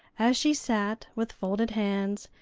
as she sat, with folded hands,